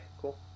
Cool